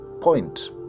point